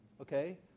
Okay